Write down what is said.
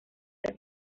que